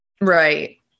Right